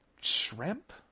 shrimp